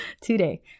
today